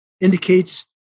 indicates